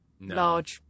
large